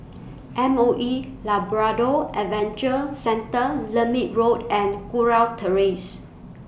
M O E Labrador Adventure Centre Lermit Road and Kurau Terrace